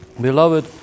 Beloved